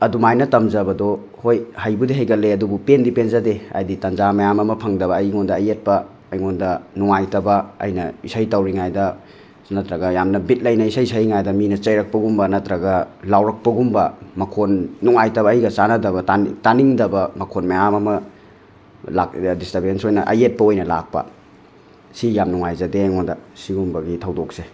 ꯑꯗꯨꯃꯥꯏꯅ ꯇꯝꯖꯕꯗꯣ ꯍꯣꯏ ꯍꯩꯕꯨꯗꯤ ꯍꯩꯒꯜꯂꯦ ꯑꯗꯨꯕꯨ ꯄꯦꯟꯗꯤ ꯄꯦꯟꯖꯗꯦ ꯍꯥꯏꯗꯤ ꯇꯥꯟꯖꯥ ꯃꯌꯥꯝ ꯑꯃ ꯐꯪꯗꯕ ꯑꯩꯉꯣꯟꯗ ꯑꯌꯦꯠꯄ ꯑꯩꯉꯣꯟꯗ ꯅꯨꯡꯉꯥꯏꯇꯕ ꯑꯩꯅ ꯏꯁꯩ ꯇꯧꯔꯤꯉꯩꯗ ꯅꯠꯇ꯭ꯔꯒ ꯌꯥꯝꯅ ꯕꯤꯠ ꯂꯩꯅ ꯏꯁꯩ ꯁꯛꯏꯉꯩꯗ ꯃꯤꯅ ꯆꯩꯔꯛꯄꯒꯨꯝꯕ ꯅꯠꯇ꯭ꯔꯒ ꯂꯥꯎꯔꯛꯄꯒꯨꯝꯕ ꯃꯈꯣꯟ ꯅꯨꯡꯉꯥꯏꯇꯕ ꯑꯩꯒ ꯆꯥꯟꯅꯗꯕ ꯇꯥꯅꯤꯡ ꯇꯥꯅꯤꯡꯗꯕ ꯃꯈꯣꯟ ꯃꯌꯥꯝ ꯑꯃ ꯂꯥꯛ ꯗꯤꯁꯇꯔꯕꯦꯟꯁ ꯑꯣꯏꯅ ꯑꯌꯦꯠꯄ ꯑꯣꯏꯅ ꯂꯥꯛꯄ ꯁꯤ ꯌꯥꯝ ꯅꯨꯡꯉꯥꯏꯖꯗꯦ ꯑꯩꯉꯣꯟꯗ ꯁꯤꯒꯨꯝꯕꯒꯤ ꯊꯧꯗꯣꯛꯁꯦ